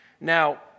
Now